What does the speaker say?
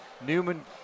Newman